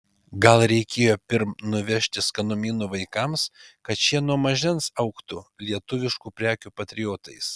gal reikėjo pirm nuvežti skanumynų vaikams kad šie nuo mažens augtų lietuviškų prekių patriotais